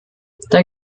der